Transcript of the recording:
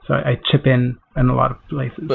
i chip in and a lot of places.